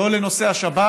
לא לנושא השבת